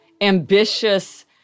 ambitious